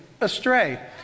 astray